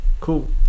Cool